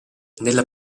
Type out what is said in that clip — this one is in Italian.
nella